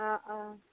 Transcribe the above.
অঁ অঁ